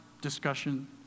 discussion